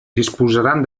disposaran